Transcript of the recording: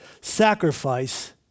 sacrifice